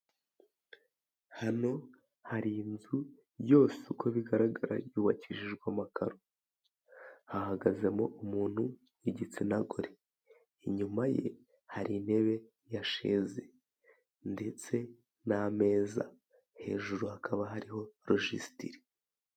Hano hari inzu yose uko bigaragara yubakishijwe amakaro, hahagazemo umuntu w'igitsina gore, inyuma ye hari intebe ya sheze, ndetse n'ameza, hejuru hakaba hariho rogisitiri.